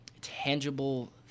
tangible